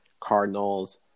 Cardinals